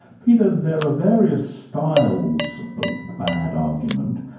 peter, there are various styles of bad argument,